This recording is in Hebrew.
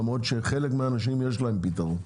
למרות שחלק מהאנשים יש להם פתרון,